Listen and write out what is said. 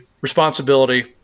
responsibility